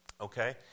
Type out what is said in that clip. Okay